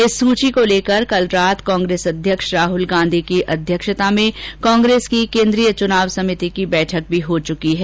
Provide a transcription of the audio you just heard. इस सूची को लेकर कल रात कांग्रेस अध्यक्ष राहल गांधी की अध्यक्षता में कांग्रेस की केंद्रीय चुनाव समिति की बैठक भी हो चुकी है